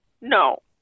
no